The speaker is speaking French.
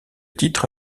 titre